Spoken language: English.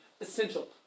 essential